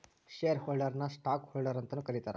share ಹೋಲ್ಡರ್ನ ನ stock holder ಅಂತಾನೂ ಕರೇತಾರ